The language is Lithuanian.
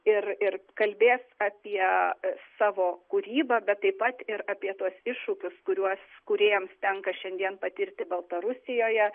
ir ir kalbės apie savo kūrybą bet taip pat ir apie tuos iššūkius kuriuos kūrėjams tenka šiandien patirti baltarusijoje